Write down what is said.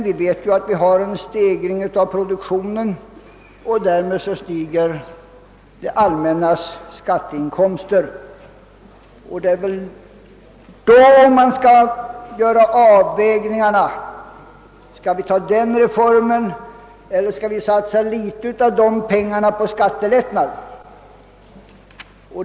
Vi har en stegring av produktionen, och därmed stiger det allmännas skatteinkomster. Det är väl då man skall göra en avvägning. Skall vi ta den eller den reformen eller ska vi satsa litet av pengarna på skattelättnader?